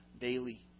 daily